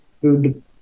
food